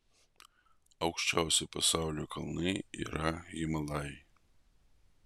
aukščiausi pasaulio kalnai yra himalajai